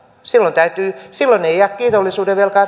silloin ei jää kiitollisuudenvelkaa